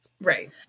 Right